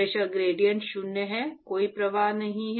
pressure gradient शून्य है कोई प्रवाह नहीं है